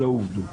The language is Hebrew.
אלה העובדות.